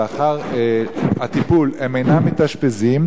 והם אינם מתאשפזים